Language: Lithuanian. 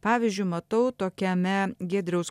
pavyzdžiui matau tokiame giedriaus